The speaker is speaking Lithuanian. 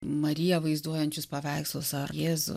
mariją vaizduojančius paveikslus ar jėzų